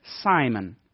Simon